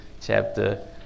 chapter